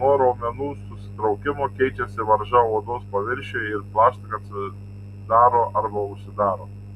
nuo raumenų susitraukimo keičiasi varža odos paviršiuje ir plaštaka atsidaro arba užsidaro